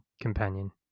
companion